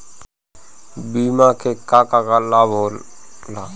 बिमा के का का लाभ होला?